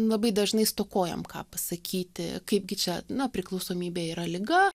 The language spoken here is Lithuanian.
labai dažnai stokojam ką pasakyti kaip gi čia na priklausomybė yra liga